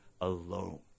alone